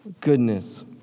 goodness